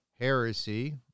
heresy